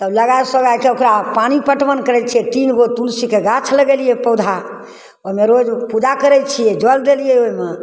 तब लगै सोगैके ओकरा पानी पटवन करै छिए तीन गो तुलसीके गाछ लगेलिए पौधा ओहिमे रोज पूजा करै छिए जल देलिए ओहिमे